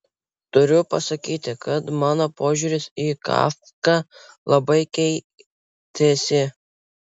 turiu pasakyti kad mano požiūris į kafką labai keitėsi